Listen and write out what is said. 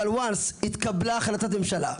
אבל ברגע שהתקבלה החלטת ממשלה,